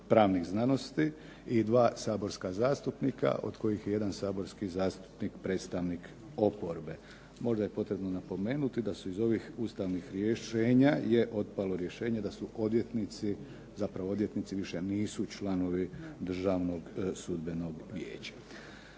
pravnih znanosti i 2 saborska zastupnika od kojih je jedan saborski zastupnik predstavnik oporbe. Možda je potrebno napomenuti da su iz ovih ustavnih rješenja je otpalo rješenje da su odvjetnici, zapravo odvjetnici više nisu članovi Državnog sudbenog vijeća.